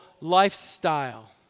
lifestyle